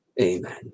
Amen